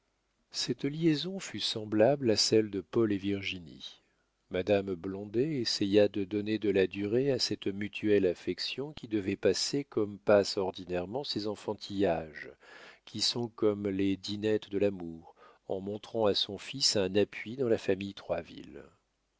cette liaison fut semblable à celle de paul et virginie madame blondet essaya de donner de la durée à cette mutuelle affection qui devait passer comme passent ordinairement ces enfantillages qui sont comme les dînettes de l'amour en montrant à son fils un appui dans la famille